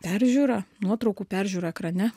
peržiūra nuotraukų peržiūra ekrane